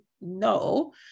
no